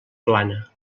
plana